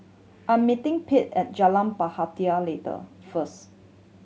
I'm meeting Pete at Jalan Bahtera later first